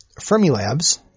Fermilabs